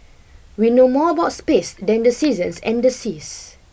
we know more about space than the seasons and the seas